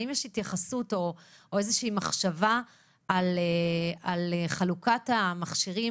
האם יש התייחסות או איזושהי מחשבה על חלוקת המכשירים